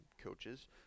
coaches